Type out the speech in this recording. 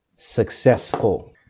Successful